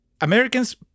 Americans